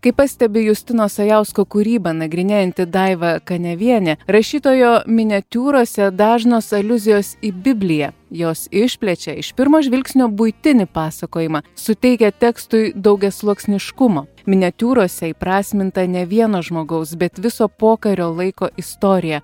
kaip pastebi justino sajausko kūrybą nagrinėjanti daiva kaniavienė rašytojo miniatiūrose dažnos aliuzijos į bibliją jos išplečia iš pirmo žvilgsnio buitinį pasakojimą suteikia tekstui daugiasluoksniškumą miniatiūrose įprasminta ne vieno žmogaus bet viso pokario laiko istorija